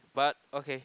but okay